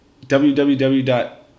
www